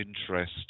interest